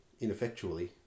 ineffectually